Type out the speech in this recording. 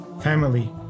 family